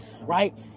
right